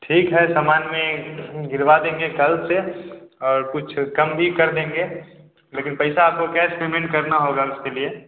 ठीक है समान में गिरवा देंगे कल से और कुछ कम भी कर देंगे लेकिन पैसा आपको कैश पेमेंट करना होगा उसके लिए